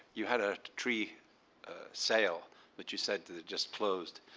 you had a tree sale that you said just closed.